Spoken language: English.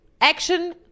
action